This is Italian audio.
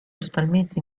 totalmente